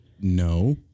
No